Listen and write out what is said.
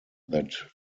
that